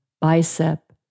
bicep